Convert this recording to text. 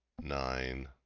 nine